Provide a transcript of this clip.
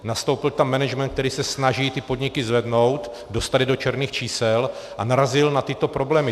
Nastoupil tam management, který se snaží ty podniky zvednout, dostat je do černých čísel, a narazil na tyto problémy.